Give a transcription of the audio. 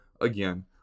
again